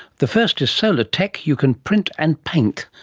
the first is solar tech you can print and paint.